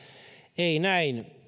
ei näin